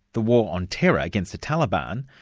the war on terror against the taliban,